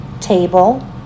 table